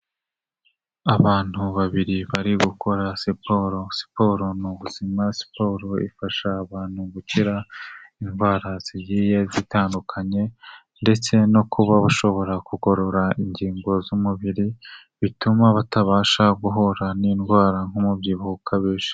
Abantu babiri bari gukora siporo. Siporo ni ubuzima, siporo ifasha abantu gukira indwara zigiye zitandukanye, ndetse no kuba bashobora kugorora ingingo z'umubiri, bituma batabasha guhura n'indwara nk'umubyibuho ukabije.